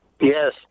yes